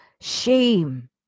shame